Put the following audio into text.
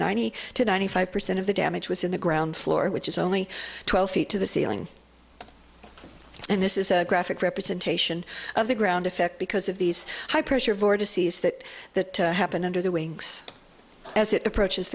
ninety to ninety five percent of the damage was in the ground floor which is only twelve feet to the ceiling and this is a graphic representation of the ground effect because of these high pressure vortices that that happened under the wings as it approaches